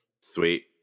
Sweet